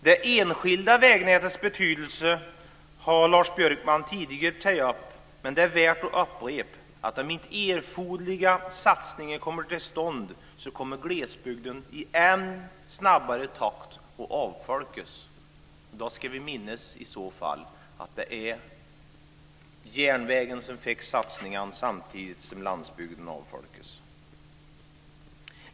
Det enskilda vägnätets betydelse har Lars Björkman tidigare tagit upp, men det är värt att upprepa att om inte erforderliga satsningar kommer till stånd kommer glesbygden att avfolkas i än snabbare takt. I så fall ska vi minnas att det var järnvägen som fick satsningen samtidigt som landsbygden avfolkas.